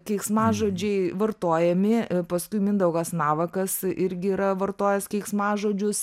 keiksmažodžiai vartojami paskui mindaugas navakas irgi yra vartojęs keiksmažodžius